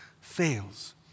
fails